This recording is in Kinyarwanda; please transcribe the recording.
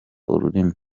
ururimi